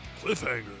Cliffhanger